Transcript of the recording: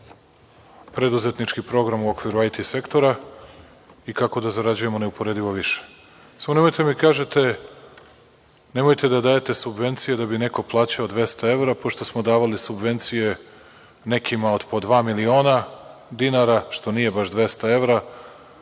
preduzetnički program u okviru IT sektora i kako da zarađujemo neuporedivo više. Samo nemojte da mi kažete - nemojte da dajete subvencije da bi neko plaćao 200 evra, pošto smo davali subvencije nekima od po dva miliona dinara, što nije baš 200 evra,